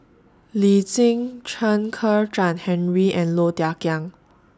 Lee Tjin Chen Kezhan Henri and Low Thia Khiang